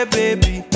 baby